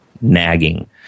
nagging